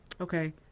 okay